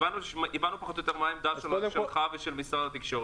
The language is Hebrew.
הבנו פחות או יותר מה עמדתך ועמדת משרד התקשורת.